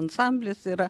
ansamblis yra